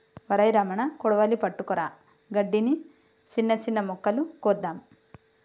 ఒరై రమణ కొడవలి పట్టుకురా గడ్డిని, సిన్న సిన్న మొక్కలు కోద్దాము